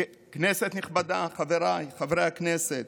כנסת נכבדה, חבריי חברי הכנסת,